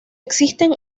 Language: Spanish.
existen